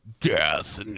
death